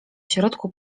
środku